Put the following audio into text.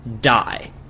die